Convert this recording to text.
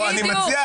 בדיוק.